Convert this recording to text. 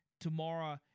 tomorrow